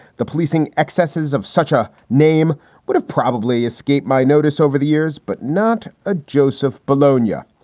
the policing excesses of such a name would have probably escaped my notice over the years, but not a joseph polonia.